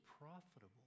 profitable